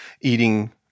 eating